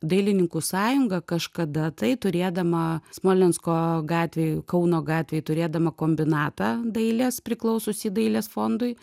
dailininkų sąjunga kažkada tai turėdama smolensko gatvėj kauno gatvėj turėdama kombinatą dailės priklaususį dailės fondui